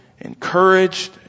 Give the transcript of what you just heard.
encouraged